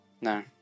No